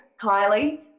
Kylie